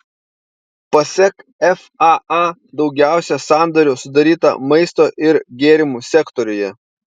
pasak faa daugiausiai sandorių sudaryta maisto ir gėrimų sektoriuje